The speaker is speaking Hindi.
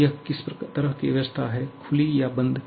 अब यह किस तरह की व्यवस्था है खुली या बंद